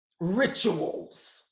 rituals